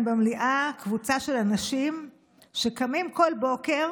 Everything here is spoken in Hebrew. במליאה קבוצה של אנשים שקמים בכל בוקר